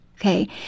okay